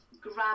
grab